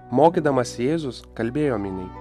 mokydamas jėzus kalbėjo miniai